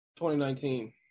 2019